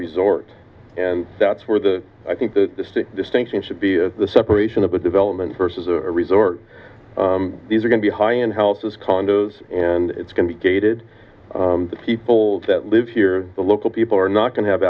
resort and that's where the i think the distinction should be the separation of the development versus a resort these are going to be high end houses condos and it's going to be gated the people that live here the local people are not going to have